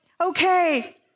okay